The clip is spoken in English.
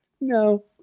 No